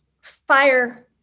fire